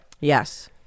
Yes